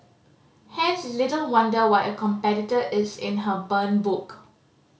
hence it's little wonder why a competitor is in her burn book